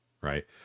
right